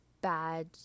bad